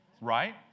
Right